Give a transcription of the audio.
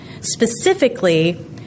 specifically